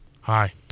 hi